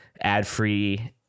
ad-free